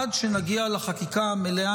עד שנגיע לחקיקה המלאה,